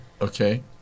Okay